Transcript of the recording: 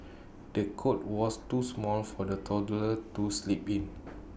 the cot was too small for the toddler to sleep in